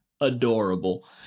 adorable